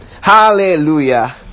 hallelujah